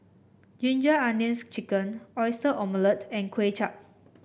Ginger Onions chicken Oyster Omelette and Kway Chap